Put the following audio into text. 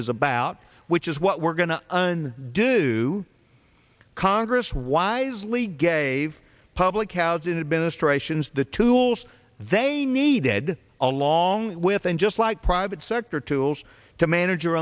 is about which is what we're going to un do congress wisely gave public housing administrations the tools they need dead along with and just like private sector tools to manage